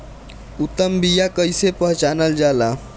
उत्तम बीया कईसे पहचानल जाला?